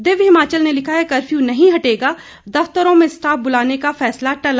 दिव्य हिमाचल ने लिखा है कर्फ्यू नहीं हटेगा दफ्तरों में स्टाफ बुलाने का फैसला टला